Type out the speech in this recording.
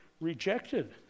rejected